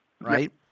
right